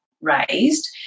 raised